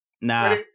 Nah